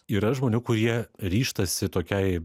yra žmonių kurie ryžtasi tokiai